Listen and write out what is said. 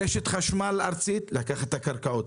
רשת חשמל ארצית לקחה את הקרקעות.